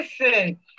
listen